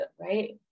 right